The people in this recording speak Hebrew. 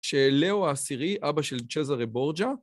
שלאו העשירי, אבא של צ'זרה בורג'ה.